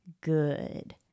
good